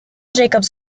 jacobs